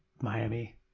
Miami